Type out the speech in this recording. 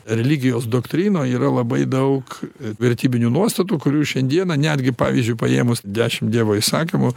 religijos doktrinoj yra labai daug vertybinių nuostatų kurių šiandieną netgi pavyzdžiui paėmus dešimt dievo įsakymų